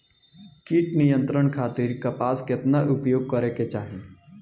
कीट नियंत्रण खातिर कपास केतना उपयोग करे के चाहीं?